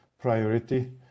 priority